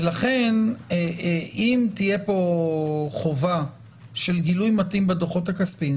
ולכן אם תהיה פה חובה של גילוי מתאים בדוחות הכספיים,